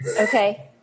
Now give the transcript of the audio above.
okay